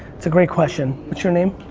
it's a great question. what's your name?